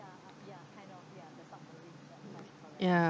ya